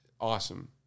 Awesome